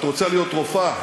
את רוצה להיות רופאה?